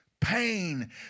pain